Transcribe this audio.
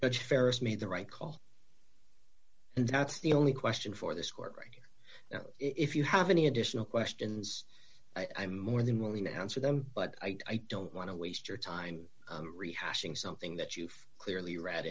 fairest made the right call and that's the only question for this court right now if you have any additional questions i'm more than willing to answer them but i don't want to waste your time rehashing something that you've clearly re